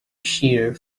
shear